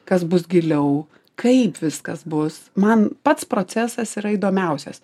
kas bus giliau kaip viskas bus man pats procesas yra įdomiausias